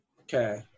Okay